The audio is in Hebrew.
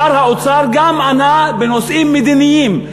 שר האוצר גם ענה בנושאים מדיניים.